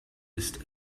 ist